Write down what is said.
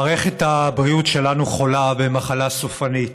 מערכת הבריאות שלנו חולה במחלה סופנית.